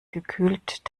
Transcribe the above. gekühlt